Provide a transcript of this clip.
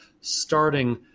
starting